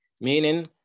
meaning